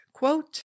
Quote